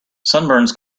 sunburns